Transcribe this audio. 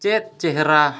ᱪᱮᱫ ᱪᱮᱦᱨᱟ